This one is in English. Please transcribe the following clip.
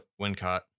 Wincott